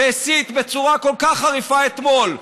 שהסית בצורה כל כך חריפה אתמול,